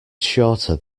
shorter